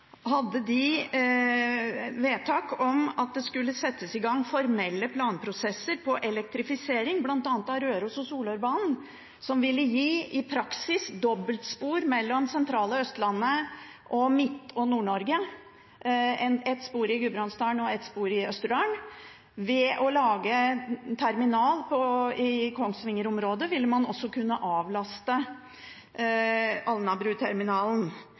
hadde de vedtak om at det skulle settes i gang formelle planprosesser for elektrifisering bl.a. av Røros- og Solørbanen, som i praksis ville gi dobbeltspor mellom det sentrale Østlandet og Midt- og Nord-Norge – ett spor i Gudbrandsdalen og ett spor i Østerdalen. Ved å lage terminal i Kongsvinger-området ville man også kunne avlaste Alnabruterminalen.